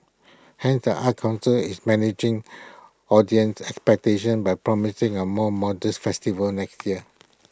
hence the arts Council is managing audience expectations by promising A more modest festival next year